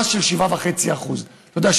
מס של 7.5%. אתה יודע,